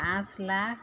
পাঁচ লাখ